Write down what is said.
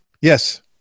Yes